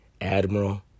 admiral